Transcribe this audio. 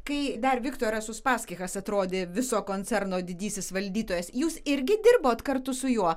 kai dar viktoras uspaskichas atrodė viso koncerno didysis valdytojas jūs irgi dirbot kartu su juo